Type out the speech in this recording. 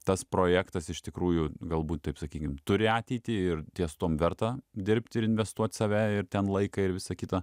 tas projektas iš tikrųjų galbūt taip sakykim turi ateitį ir ties tuom verta dirbt ir investuot save ir ten laiką ir visa kita